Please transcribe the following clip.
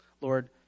Lord